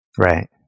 Right